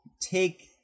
take